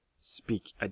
speak